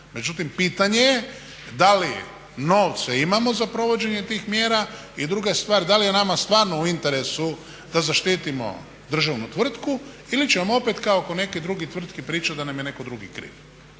međutim pitanje je da li novce imamo za provođenje tih mjera. I druga stvar da li je nama stvarno u interesu da zaštitimo državnu tvrtku ili ćemo opet kao kod nekih drugih tvrtki pričati da nam je netko drugi kriv.